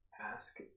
ask